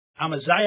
Amaziah